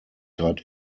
trat